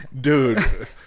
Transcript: Dude